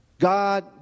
God